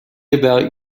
about